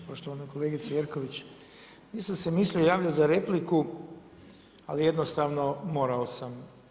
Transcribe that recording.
Poštovana kolegice Jerković, nisam se mislio javljati za repliku ali jednostavno morao sam.